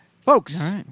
folks